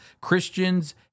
Christians